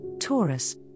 Taurus